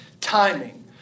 timing